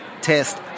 test